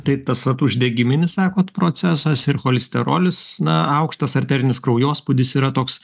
tai tas vat uždegiminis sakot procesas ir cholesterolis na aukštas arterinis kraujospūdis yra toks